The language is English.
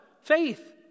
Faith